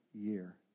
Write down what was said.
year